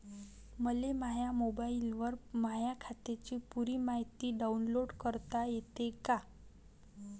मले माह्या मोबाईलवर माह्या खात्याची पुरी मायती डाऊनलोड करता येते का?